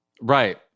Right